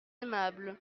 aimable